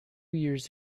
years